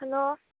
hello